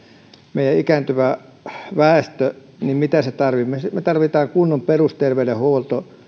meidän ikääntyvä väestömme mitä se tarvitsee me tarvitsemme kunnon perusterveydenhuollon